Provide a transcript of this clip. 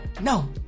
No